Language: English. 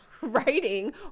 writing